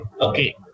Okay